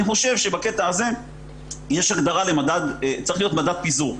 אני חושב שבקטע הזה צריך להיות מדד פיזור,